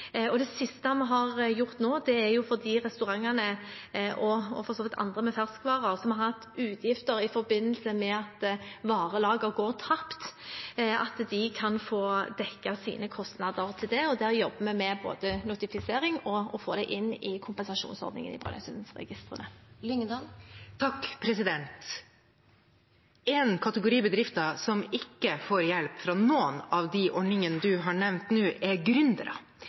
Det siste vi har gjort nå, er for at de restaurantene og for så vidt andre med ferskvarer som har hatt utgifter i forbindelse med at varelager går tapt, kan få dekket sine kostnader til det. Der jobber vi med både notifisering og å få det inn i kompensasjonsordningen i Brønnøysundregistrene. Én kategori bedrifter som ikke får hjelp fra noen av de ordningene statsråden har nevnt nå, er